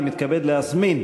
אני מתכבד להזמין,